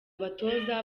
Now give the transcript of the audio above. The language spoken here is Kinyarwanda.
abatoza